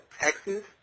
Texas